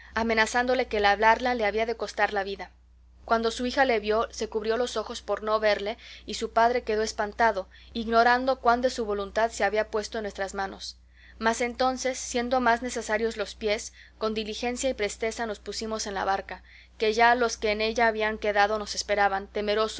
amenazándole que el hablarla le había de costar la vida cuando su hija le vio se cubrió los ojos por no verle y su padre quedó espantado ignorando cuán de su voluntad se había puesto en nuestras manos mas entonces siendo más necesarios los pies con diligencia y presteza nos pusimos en la barca que ya los que en ella habían quedado nos esperaban temerosos